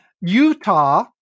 Utah